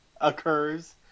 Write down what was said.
occurs